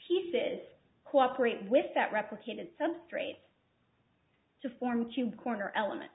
pieces cooperate with that replicated substrate to form tube corner element